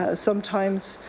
ah sometimes,